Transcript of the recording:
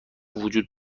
وجود